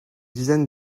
dizaine